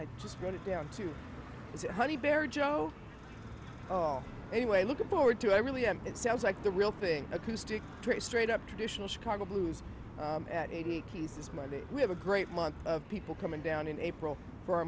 i just wrote it down to say honey bear joe anyway looking forward to i really am it sounds like the real thing acoustic pretty straight up traditional chicago blues at eighty cases monday we have a great month of people coming down in april for a